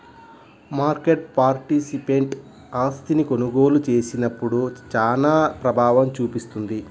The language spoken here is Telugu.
మార్కెట్ పార్టిసిపెంట్ ఆస్తిని కొనుగోలు చేసినప్పుడు చానా ప్రభావం చూపిస్తుంది